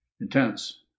intense